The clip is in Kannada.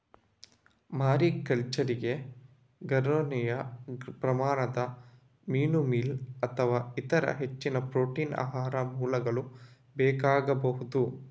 ಮಾರಿಕಲ್ಚರಿಗೆ ಗಮನಾರ್ಹ ಪ್ರಮಾಣದ ಮೀನು ಮೀಲ್ ಅಥವಾ ಇತರ ಹೆಚ್ಚಿನ ಪ್ರೋಟೀನ್ ಆಹಾರ ಮೂಲಗಳು ಬೇಕಾಗಬಹುದು